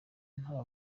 nta